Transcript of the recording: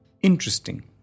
interesting